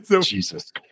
jesus